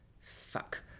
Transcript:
fuck